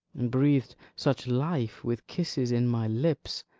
and breath'd such life with kisses in my lips,